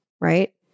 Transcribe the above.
Right